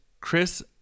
Chris